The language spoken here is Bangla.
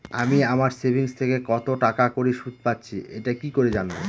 আমি আমার সেভিংস থেকে কতটাকা করে সুদ পাচ্ছি এটা কি করে জানব?